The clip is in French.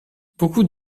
beaucoup